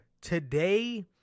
Today